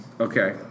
Okay